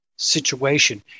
situation